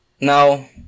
Now